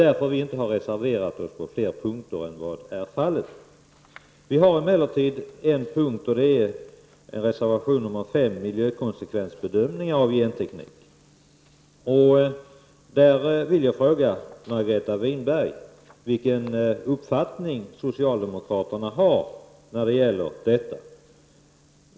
På en punkt, reservation 5, om miljökonsekvensbedömningar av genteknik, vill jag emellertid fråga Margareta Winberg vilken uppfattning socialdemokraterna har när det gäller detta.